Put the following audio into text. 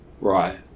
Right